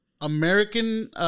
American